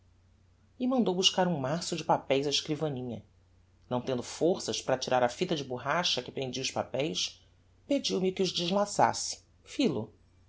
e mandou buscar um maço de papeis á escrivaninha não tendo forças para tirar a fita de borracha que prendia os papeis pediu-me que os deslaçasse fil-o